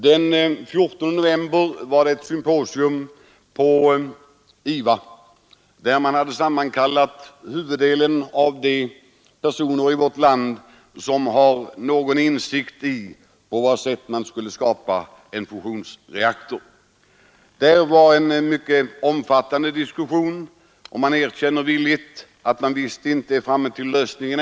Den 14 november var det ett symposium på IVA, där man hade sammankallat huvuddelen av de personer i vårt land som har någon insikt i på vad sätt en fusionsreaktor kan skapas. Det var en mycket omfattande diskussion, och man erkände villigt att man ännu inte visste lösningen.